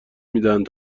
میدهند